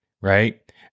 right